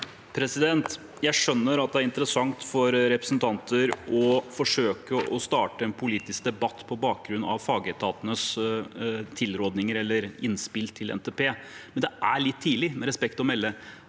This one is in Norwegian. Jeg skjønner at det er interessant for representanter å forsøke å starte en politisk debatt på bakgrunn av fagetatenes tilrådinger, eller innspill til NTP, men det er med respekt å melde